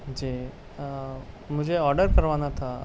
جی مجھے آرڈر کروانا تھا